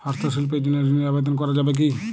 হস্তশিল্পের জন্য ঋনের আবেদন করা যাবে কি?